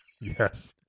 Yes